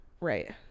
Right